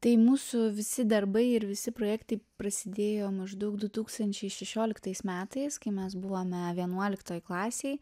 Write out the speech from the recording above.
tai mūsų visi darbai ir visi projektai prasidėjo maždaug du tūkstančiai šešioliktais metais kai mes buvome vienuoliktoj klasėj